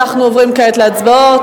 אנחנו עוברים כעת להצבעות.